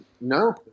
No